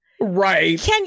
Right